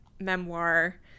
memoir